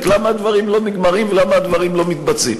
למה הדברים לא נגמרים ולמה הדברים לא מתבצעים.